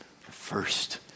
first